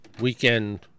weekend